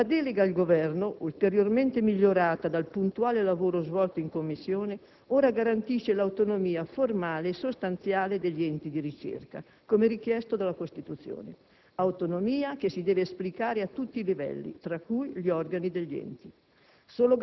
La delega al Governo, ulteriormente migliorata dal puntuale lavoro svolto in Commissione, ora garantisce l'autonomia formale e sostanziale degli enti di ricerca, come richiesto dalla Costituzione; autonomia che si deve esplicare a tutti i livelli, tra cui gli organi degli enti.